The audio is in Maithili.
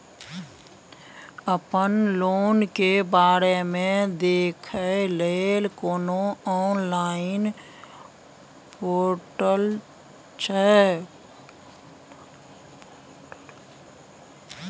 अपन लोन के बारे मे देखै लय कोनो ऑनलाइन र्पोटल छै?